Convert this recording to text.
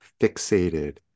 fixated